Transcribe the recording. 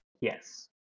Yes